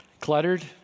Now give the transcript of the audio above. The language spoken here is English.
Cluttered